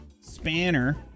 spanner